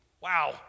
wow